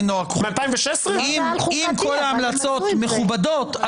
אם כל ההמלצות מכובדות,